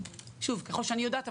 ככל שאני יודעת,